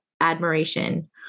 admiration